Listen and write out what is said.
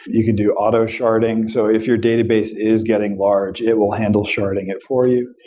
you could do auto sharding. so if your database is getting large, it will handle sharding it for you.